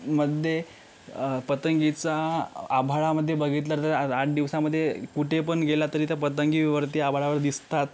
मध्ये पतंगाचा आभाळामध्ये बघितलं तर आठ दिवसामध्ये कुठे पण गेला तरी त्या पतंग वरती आभाळावर दिसतात